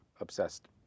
obsessed